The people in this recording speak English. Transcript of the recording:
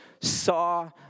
saw